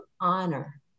honor